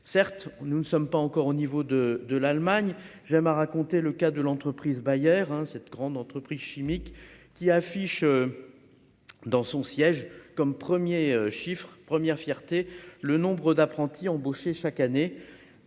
certes, nous ne sommes pas encore au niveau de, de l'Allemagne, j'aime à raconter le cas de l'entreprise Bayer, cette grande entreprise chimique qui affiche dans son siège, comme 1er chiffrent première fierté le nombre d'apprentis embauchés chaque année